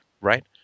right